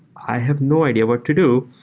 i have no idea what to do.